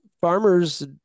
farmers